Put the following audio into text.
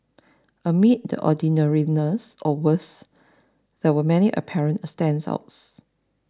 amid the ordinariness or worse there were many apparent standouts